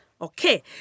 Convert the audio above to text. Okay